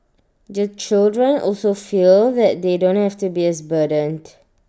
the children also feel that they don't have to be as burdened